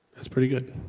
that's pretty good.